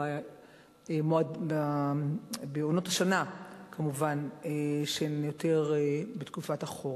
בעונות השנה, יותר בתקופת החורף.